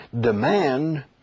demand